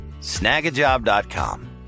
snagajob.com